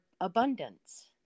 abundance